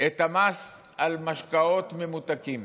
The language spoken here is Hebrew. את המס על משקאות ממותקים.